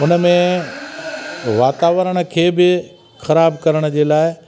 हुन में वातावरण खे बि ख़राब करण जे लाइ